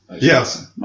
Yes